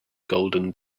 golden